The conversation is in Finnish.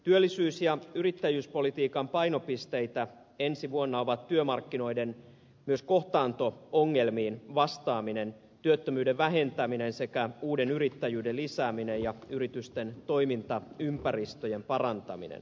työllisyys ja yrittäjyyspolitiikan painopisteitä ensi vuonna ovat myös työmarkkinoiden kohtaanto ongelmiin vastaaminen työttömyyden vähentäminen sekä uuden yrittäjyyden lisääminen ja yritysten toimintaympäristöjen parantaminen